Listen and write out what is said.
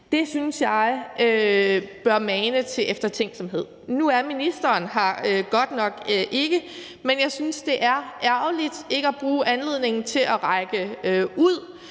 jeg bør mane til eftertænksomhed. Nu er ministeren her godt nok ikke, men jeg synes, det er ærgerligt ikke at bruge anledningen til at række ud